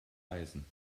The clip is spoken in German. eisen